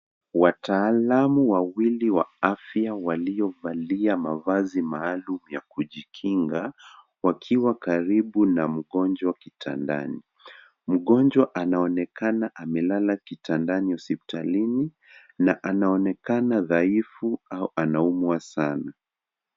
Wataalamu wawili wa afya waliovalia mavazi maalum ya kujikinga wakiwa karibu na mgonjwa kitandani. Mgonjwa anaonekana amelala kitandani hospitalini na anaonekana dhaifu au anaumwa sana.